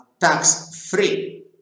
tax-free